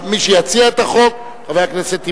מי שיציג את החוק: חבר הכנסת טיבייב.